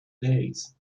days